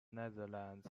netherlands